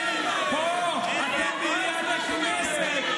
אתם פה, אתם במליאת הכנסת.